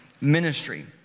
ministry